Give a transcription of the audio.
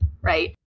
Right